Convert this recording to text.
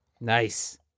Nice